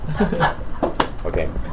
Okay